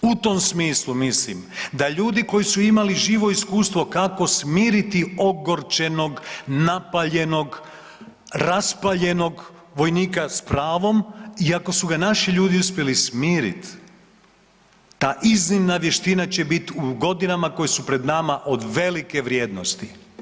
U tom smislu mislim da ljudi koji su imali živo iskustvo kako smiriti ogorčenog, napaljenog, raspaljenog vojnika s pravom i ako su ga naši ljudi uspjeli smirit, ta iznimna vještina će bit u godinama koje su pred nama od velike vrijednosti.